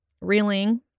reeling